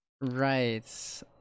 Right